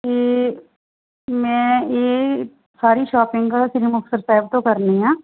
ਅਤੇ ਮੈਂ ਇਹ ਸਾਰੀ ਸ਼ੋਪਿੰਗ ਸ਼੍ਰੀ ਮੁਕਤਸਰ ਸਾਹਿਬ ਤੋਂ ਕਰਨੀ ਆ